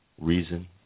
reason